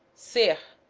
see ir,